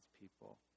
people